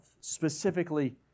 specifically